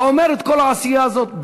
אתה אומר את כל העשייה הזאת.